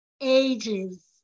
ages